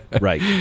right